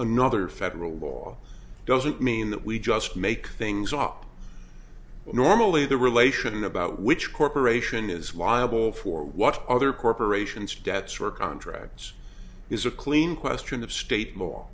another federal law doesn't mean that we just make things up well normally the relation about which corporation is why a bow for what other corporations debts or contracts is a clean question of state